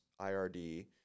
IRD